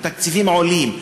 התקציבים עולים,